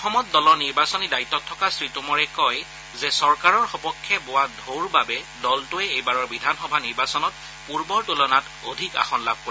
অসমত দলৰ নিৰ্বাচনী দায়িত্বত থকা শ্ৰীটোমৰে কয় যে চৰকাৰৰ সপক্ষে বোৱা টোৰ বাবে দলটোৱে এইবাৰৰ বিধানসভা নিৰ্বাচনত পূৰ্বৰ তুলনাত অধিক আসন লাভ কৰিব